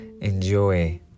enjoy